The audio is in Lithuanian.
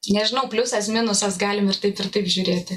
nežinau pliusas minusas galim ir taip ir taip žiūrėti